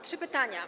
Trzy pytania.